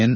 N